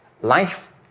life